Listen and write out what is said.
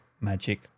Magic